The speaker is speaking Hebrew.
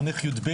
מחנך י"ב,